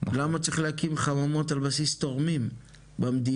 למה צריך להקים חממות על בסיס תורמים במדינה,